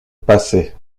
passé